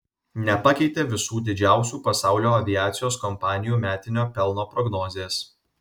nepakeitė visų didžiausių pasaulio aviacijos kompanijų metinio pelno prognozės